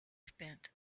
spent